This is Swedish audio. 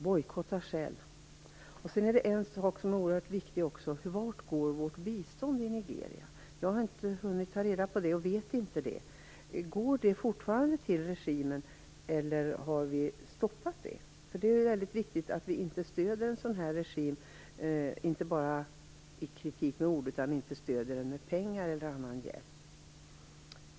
Bojkotta Shell! En annan sak som är oerhört viktig är vart vårt bistånd till Nigeria går. Jag har inte hunnit ta reda på det. Går det fortfarande till regimen, eller har vi stoppat det? Det är viktigt att vi inte stöder en regim av detta slag med pengar eller annan hjälp.